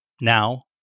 Now